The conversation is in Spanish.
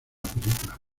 película